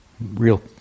Real